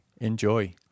Enjoy